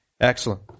Excellent